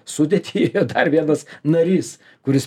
sudėtį dar vienas narys kuris